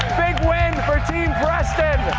win for team preston.